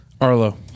Arlo